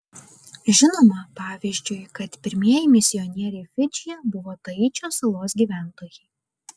žinoma pavyzdžiui kad pirmieji misionieriai fidžyje buvo taičio salos gyventojai